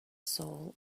soul